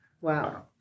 wow